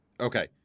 Okay